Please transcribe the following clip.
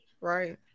right